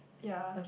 ya